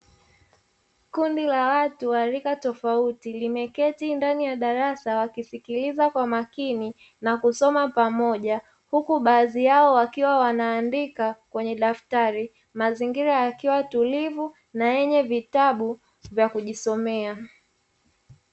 Kundi la watu warika tofauti limeketi ndani ya darasa wakisikiliza kwa makini na kusoma pamoja, huku baadhi yao wakiwa wanaandika kwenye daftari mazingira yakiwa tulivu na yenye vitabu vya kujisomea.